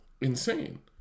insane